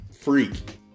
freak